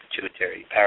pituitary